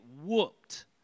whooped